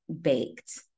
baked